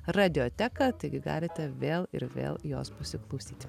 radioteką taigi galite vėl ir vėl jos pasiklausyti